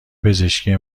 پزشکی